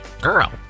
girl